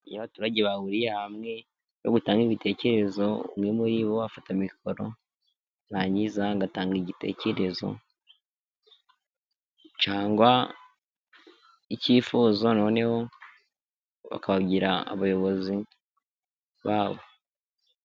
Abaturage bahuriye hamwe batanga ibitekerezo. Umwe muri bo afata mikoro narangiza ngatanga igitekerezo cyangwa icyifuzo, noneho bakagira abayobozi babo.